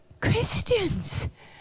christians